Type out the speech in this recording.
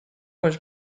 was